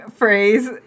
phrase